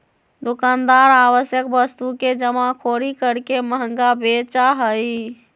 दुकानदार आवश्यक वस्तु के जमाखोरी करके महंगा बेचा हई